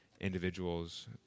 individuals